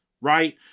Right